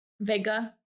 Vega